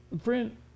friend